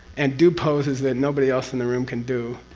and do poses that nobody else in the room can do,